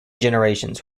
generations